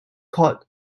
called